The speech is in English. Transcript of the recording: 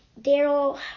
Daryl